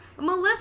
Melissa